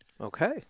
Okay